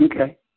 Okay